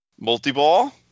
Multi-ball